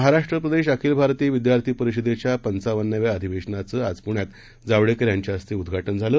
महाराष्ट्रप्रदेशअखिलभारतीयविद्यार्थीपरिषदेच्यापंचावन्नाव्याअधिवेशनाचंआजपुण्यातजावडेकरयांच्याहस्तेउद्घाटनझालं